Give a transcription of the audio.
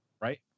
Right